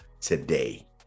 today